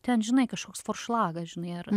ten žinai kažkoks foršlagas žinai ar